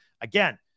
Again